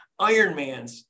Ironmans